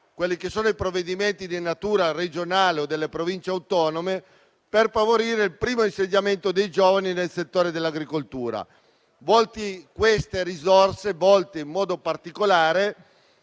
a cofinanziare i provvedimenti di natura regionale o delle Province autonome per favorire il primo insediamento dei giovani nel settore dell'agricoltura. Queste risorse sono volte, in modo particolare,